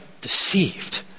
deceived